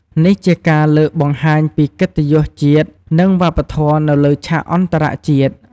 នេះជាការលើកបង្ហាញពីកិត្តយសជាតិ និងវប្បធម៌នៅលើឆាកអន្តរជាតិ។